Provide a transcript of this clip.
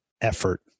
effort